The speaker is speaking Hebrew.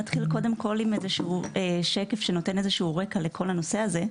נתחיל עם שקף שנותן רקע לנושא הזה.